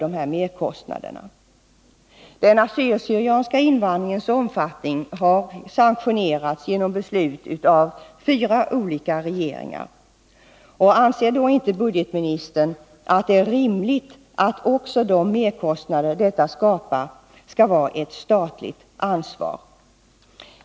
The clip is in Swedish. Den assyriska/syrianska invandringens omfattning har sanktionerats genom beslut av fyra regeringar. Anser då inte budgetministern att det är rimligt att staten tar ett ansvar också för de merkostnader som detta skapar?